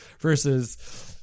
versus